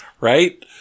Right